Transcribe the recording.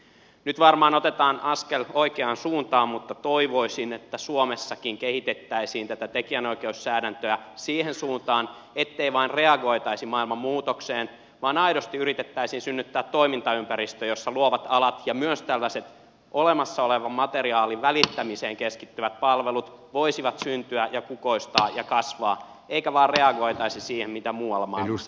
nyt varmaan otetaan askel oikeaan suuntaan mutta toivoisin että suomessakin kehitettäisiin tätä tekijänoikeussäädäntöä siihen suuntaan ettei vain reagoitaisi maailman muutokseen vaan että aidosti yritettäisiin synnyttää toimintaympäristö jossa luovat alat ja myös tällaiset olemassa olevan materiaalin välittämiseen keskittyvät palvelut voisivat syntyä ja kukoistaa ja kasvaa ei siis vain reagoitaisi siihen mitä muualla maailmassa tapahtuu